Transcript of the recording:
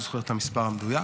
אני לא זוכר את המספר המדויק.